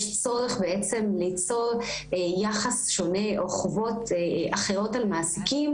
צורך בעצם ליצור יחס שונה או חובות אחרות על מעסיקים,